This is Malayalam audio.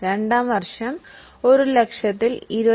രണ്ടാം വർഷം നമ്മൾ ഒരു ലക്ഷം എടുക്കില്ല